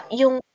yung